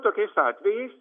tokiais atvejais